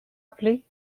appelé